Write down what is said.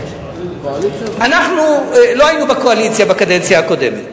אנחנו לא היינו בקואליציה בקדנציה הקודמת,